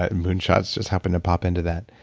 and moonshots just happened to pop into that.